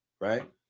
right